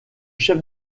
chef